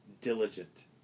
diligent